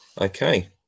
Okay